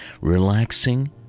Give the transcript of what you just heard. relaxing